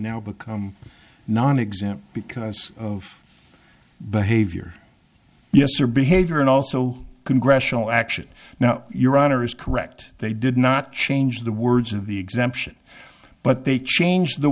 now become nonexempt because of behavior yes or behavior and also congressional action now your honor is correct they did not change the words of the exemption but they changed the